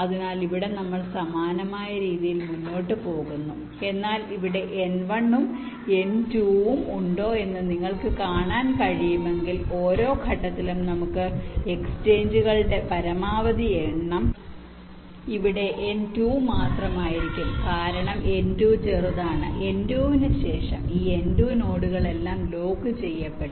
അതിനാൽ ഇവിടെ നമ്മൾ സമാനമായ രീതിയിൽ മുന്നോട്ട് പോകുന്നു എന്നാൽ ഇവിടെ n1 ഉം n2 ഉം ഉണ്ടോ എന്ന് നിങ്ങൾക്ക് കാണാൻ കഴിയുമെങ്കിൽ ഓരോ ഘട്ടത്തിലും നമുക്ക് പരമാവധി എക്സ്ചേഞ്ചുകളുടെ പരമാവധി എണ്ണം ഇവിടെ n2 മാത്രമായിരിക്കും കാരണം n2 ചെറുതാണ് n2 ന് ശേഷം ഈ n2 നോഡുകളെല്ലാം ലോക്ക് ചെയ്യപ്പെടും